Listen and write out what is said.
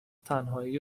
تنهایی